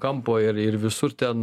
kampo ir ir visur ten